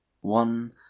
One